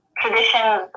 traditions